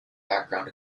background